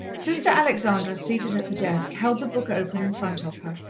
sister alexandra, seated at the desk, held the book open in front of her,